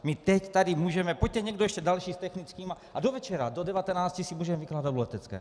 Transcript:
My teď tady můžeme, pojďte někdo ještě další s technickými, a do večera do devatenácti si můžeme vykládat o letecké.